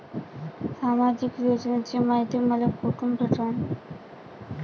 सामाजिक योजनेची मायती मले कोठून भेटनं?